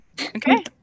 Okay